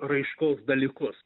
raiškos dalykus